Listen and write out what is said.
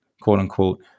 quote-unquote